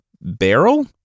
barrel